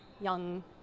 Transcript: young